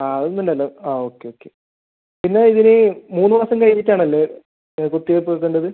ആ അതൊന്നും ഇല്ലല്ലോ ആ ഓക്കെ ഓക്കെ പിന്നെ ഇതിന് മൂന്ന് മാസം കഴിഞ്ഞിട്ട് ആണല്ലേ കുത്തിവെപ്പ് വയ്ക്കേണ്ടത്